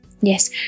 yes